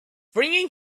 bringing